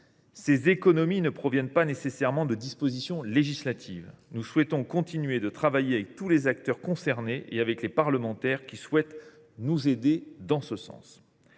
Ces économies ne proviennent pas nécessairement de dispositions législatives. Nous souhaitons continuer de travailler avec tous les acteurs concernés, ainsi qu’avec les parlementaires qui souhaiteront nous aider. Parmi les